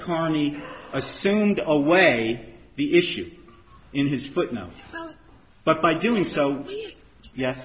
carney assumed away the issue in his foot now but by doing so